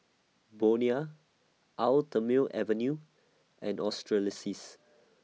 Bonia Eau Thermale Avene and